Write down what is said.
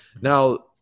Now